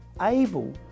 able